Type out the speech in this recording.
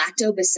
lactobacillus